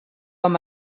amb